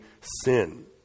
sin